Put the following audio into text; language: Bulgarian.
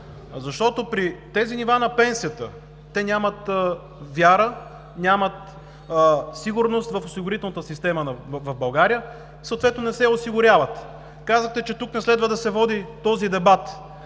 Защото при тези нива на пенсията те нямат вяра, нямат сигурност в осигурителната система в България, съответно не се и осигуряват. Казвате, че тук не следва да се води този дебат.